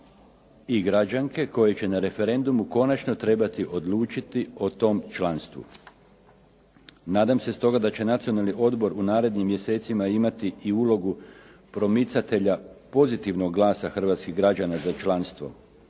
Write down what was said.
i građanke koji će na referendumu konačno trebati odlučiti o tom članstvu. Nadam se stoga da će Nacionalni odbor u narednim mjesecima imati i ulogu promicatelja pozitivnog glasa hrvatskih građana za članstvo.